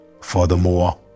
Furthermore